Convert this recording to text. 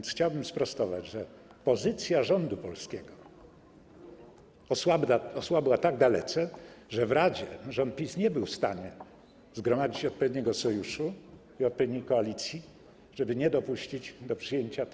Chciałbym więc sprostować, że pozycja rządu polskiego osłabła tak dalece, że w Radzie rząd PiS nie był w stanie zgromadzić odpowiedniego sojuszu i odpowiedniej koalicji, żeby nie dopuścić do przyjęcia tych przepisów.